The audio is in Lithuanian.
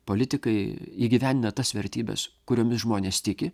politikai įgyvendina tas vertybes kuriomis žmonės tiki